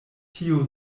tio